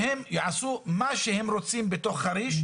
שהם יעשו מה שהם רוצים בתוך חריש,